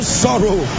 sorrow